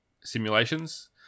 simulations